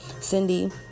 Cindy